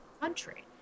country